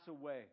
away